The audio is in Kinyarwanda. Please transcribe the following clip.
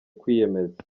kwiyemeza